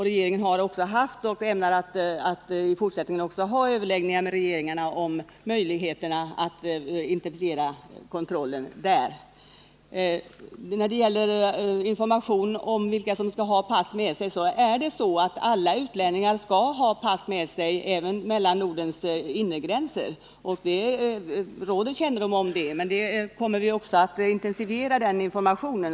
Regeringen har haft och kommer fortsättningsvis att ha överläggningar med de nordiska regeringarna om möjligheten att intensifiera kontrollen där. Alla utlänningar skall ha pass med sig även vid resor inom Norden. Detta råder det kännedom om men vi kommer, som jag sade i mitt svar, att intensifiera den informationen.